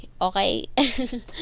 okay